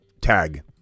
tag